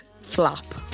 Flop